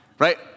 Right